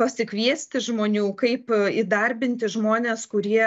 pasikviesti žmonių kaip įdarbinti žmones kurie